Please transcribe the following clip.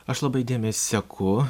aš labai įdėmiai seku